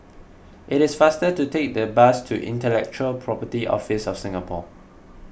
it is faster to take the bus to Intellectual Property Office of Singapore